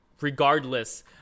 regardless